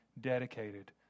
dedicated